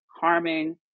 harming